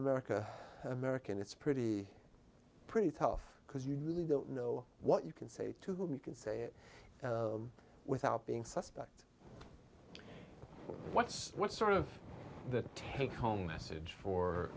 america american it's pretty pretty tough because you really don't know what you can say to whom you can say it without being suspect what sort of the take home message for